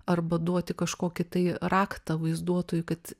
arba duoti kažkokį tai raktą vaizduotojui kad